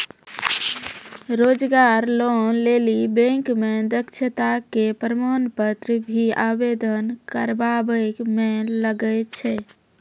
रोजगार लोन लेली बैंक मे दक्षता के प्रमाण पत्र भी आवेदन करबाबै मे लागै छै?